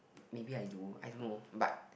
maybe I do I don't know but